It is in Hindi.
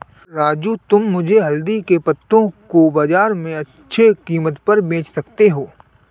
राजू तुम मुझे हल्दी के पत्तों को बाजार में अच्छे कीमत पर बेच सकते हो